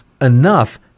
enough